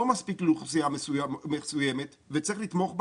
מספיק לאוכלוסייה מסוימת וצריך לתמוך בה,